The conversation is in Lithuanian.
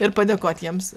ir padėkot jiems